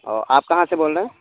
اور آپ کہاں سے بول رہے ہیں